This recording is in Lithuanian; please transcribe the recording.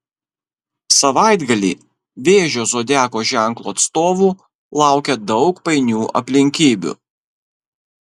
savaitgalį vėžio zodiako ženklo atstovų laukia daug painių aplinkybių